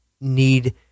need